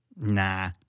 Nah